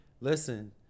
listen